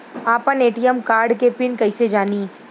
आपन ATM card के PIN कईसे जानी?